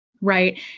right